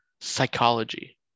psychology